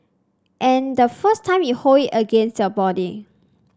and the first time you hold it against your body